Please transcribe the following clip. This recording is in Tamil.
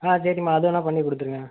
ஆ சரிம்மா அதுவேணா பண்ணிகொடுத்துடுங்க